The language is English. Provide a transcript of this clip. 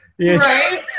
Right